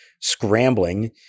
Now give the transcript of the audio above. scrambling